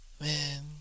Man